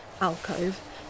alcove